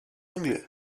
孙女